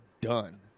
done